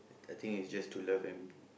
I think is just to love and